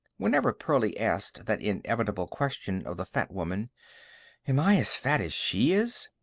whenever pearlie asked that inevitable question of the fat woman am i as fat as she is?